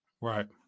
Right